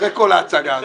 אחרי כל ההצגה הזאת.